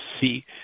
see